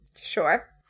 sure